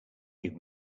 give